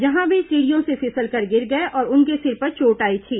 जहां वे सीढ़ियों से फिसलकर गिर गए और उनके सिर पर चोट आई थी